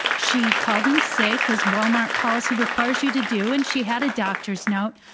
she called in sick as walmart policy requires you to do and she had a doctor's note,